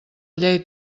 llei